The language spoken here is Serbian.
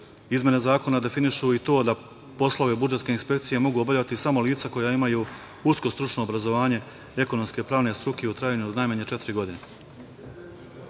Izmene zakona definišu i to da poslove budžetska inspekcija mogu obavljati samo lica koja imaju uskostručno obrazovanje ekonomske pravne struke u trajanju od najmanje četiri godine. Većina